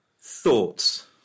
Thoughts